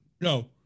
no